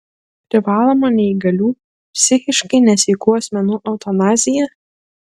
privaloma neįgalių psichiškai nesveikų asmenų eutanazija